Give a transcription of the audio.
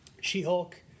She-Hulk